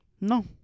No